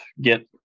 get